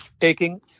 taking